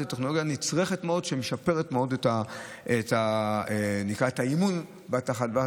זו טכנולוגיה נצרכת מאוד שמשפרת מאוד את האמון בתחנות.